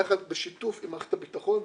בשיתוף עם מערכת הביטחון,